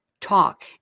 talk